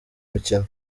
mukino